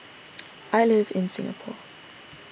I live in Singapore